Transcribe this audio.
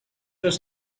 was